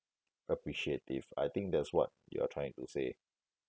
appreciative I think that's what you are trying to say